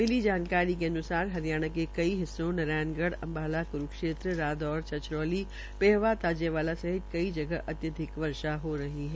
मिली जानकारी के अनुसार हरियाणा के कई हिस्सों नालागढ़ अम्बाला कुरूक्षेत्र रादौर छछरौली पेहवा ताजेवाला सहित कई जगह अत्याधिक वर्षा हो रही है